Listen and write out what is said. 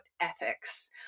ethics